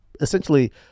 essentially